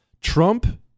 Trump